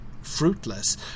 fruitless